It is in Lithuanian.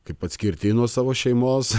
kaip atskirti nuo savo šeimos